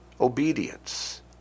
obedience